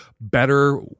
better